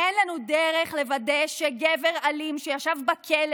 אין לנו דרך לוודא שגבר אלים שישב בכלא,